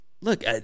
look